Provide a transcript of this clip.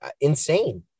insane